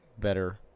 better